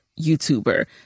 YouTuber